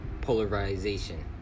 polarization